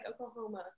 Oklahoma